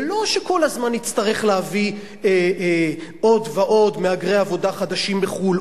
ולא שכל הזמן נצטרך להביא עוד ועוד מהגרי עבודה חדשים מחו"ל,